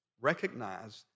Recognize